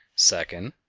second,